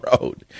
road